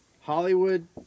Hollywood